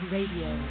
Radio